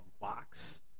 Box